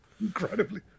Incredibly